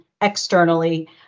externally